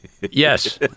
Yes